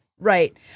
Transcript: Right